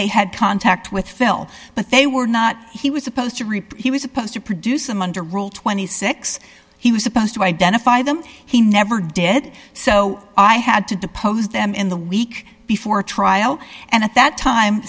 they had contact with phil but they were not he was supposed to report he was supposed to produce them under rule twenty six he was supposed to identify them he never did so i had to depose them in the week before trial and at that time